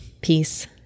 Peace